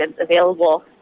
available